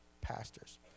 pastors